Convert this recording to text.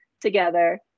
together